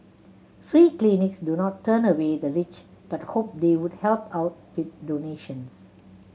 free clinics do not turn away the rich but hope they would help out with donations